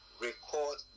record